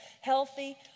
healthy